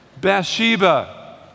Bathsheba